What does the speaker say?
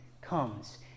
comes